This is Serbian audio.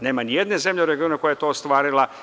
Nema nijedne zemlje u regionu koja je to ostvarila.